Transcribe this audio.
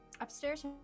Upstairs